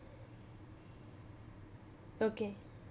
okay